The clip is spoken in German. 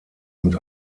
und